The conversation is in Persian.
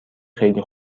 خیلی